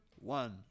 one